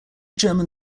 german